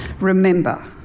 remember